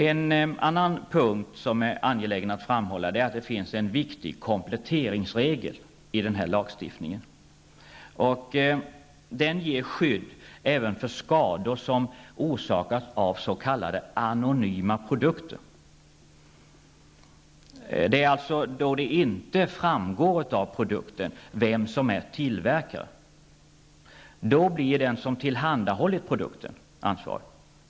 En annan punkt som är angelägen att framhålla är att det finns en viktig kompletteringsregel i denna lagstiftning. Den ger skydd även för skador som orsakats av s.k. anonyma produkter, dvs. då det inte framgår av produkten vem som är tillverkare. I sådana fall blir den som tillhandahållit produkten ansvarig.